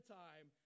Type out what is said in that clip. time